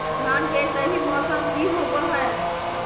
धान के सही मौसम की होवय हैय?